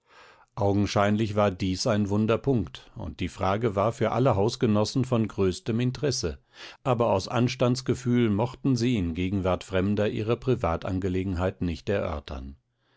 augenscheinlich war dies ein wunder punkt und diese frage war für alle hausgenossen von größtem interesse aber aus anstandsgefühl mochten sie in gegenwart fremder ihre privatangelegenheit nicht erörtern